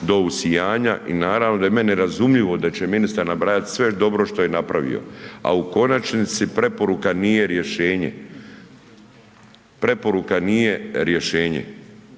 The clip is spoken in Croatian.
do usijanja i naravno da je meni razumljivo da će ministar nabrajat sve dobro šta je napravio, a u konačnici preporuka nije rješenje. Preporuka nije rješenje,